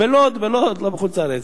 בלוד, לא בחוץ-לארץ.